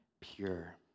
pure